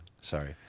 Sorry